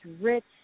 rich